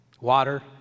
Water